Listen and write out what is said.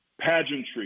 pageantry